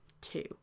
two